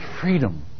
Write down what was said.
freedom